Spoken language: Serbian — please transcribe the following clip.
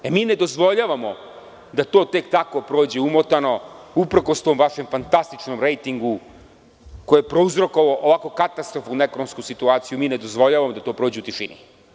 E, mi ne dozvoljavamo da to tek tako prođe umotano uprkos tom vašem fantastičnom rejtignu koji je prouzrokovao ovako katastrofalnu ekonomsku situaciju, mi ne dozvoljavamo da to prođe u tišini.